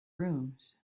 rooms